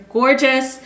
gorgeous